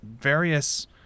various